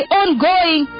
ongoing